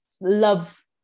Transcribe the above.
love